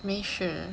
没事